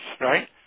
right